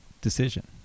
decision